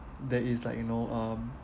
there is like you know um